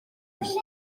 نیست